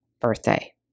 birthday